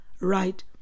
right